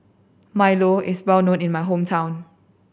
Milo is well known in my hometown